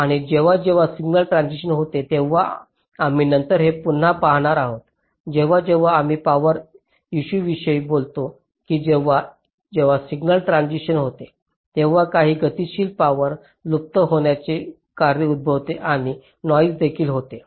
आणि जेव्हा जेव्हा सिग्नल ट्रान्सिशन होते तेव्हा आम्ही नंतर हे पुन्हा पाहणार आहोत जेव्हा जेव्हा आम्ही पॉवर इश्यूविषयी बोलतो की जेव्हा जेव्हा सिग्नल ट्रान्झिशन होते तेव्हा काही गतिशील पावर लुप्त होण्याचे कार्य उद्भवते आणि नॉईस देखील होतो